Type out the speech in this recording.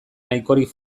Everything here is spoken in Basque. nahikorik